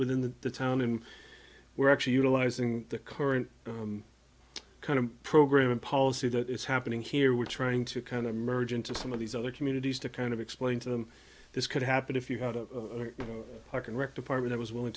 within the town and we're actually utilizing the current kind of program and policy that is happening here we're trying to kind of merge into some of these other communities to kind of explain to them this could happen if you had a park and wrecked apartment i was willing